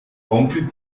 onkel